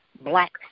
black